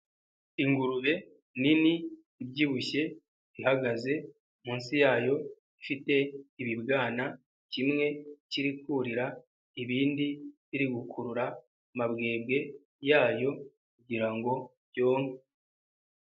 Ingurube nini, ibyibushye ihagaze, munsi yayo ifite ibibwana kimwe kiri kurira, ibindi biri gukurura amabwebwe yayo kugira ngo byonke.